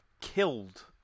killed